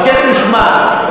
הסכת ושמע.